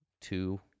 two